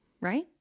Right